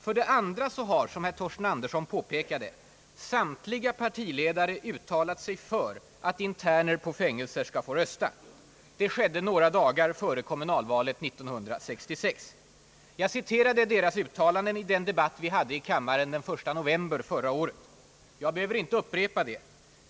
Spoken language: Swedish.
För det andra har — som herr Torsten Andersson påpekade — samtliga partiledare uttalat sig för att interner på fängelser skall få rösta. Det skedde några dagar före kommunvalet 1966. Jag citerade partiledarnas uttalanden i den debatt vi hade i kammaren den 1 november förra året. Jag behöver inte upprepa det.